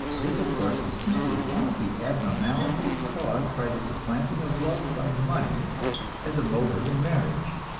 this, of course, is simply one of the abnormalities caused by the supplanting of love by money as a motive in marriage.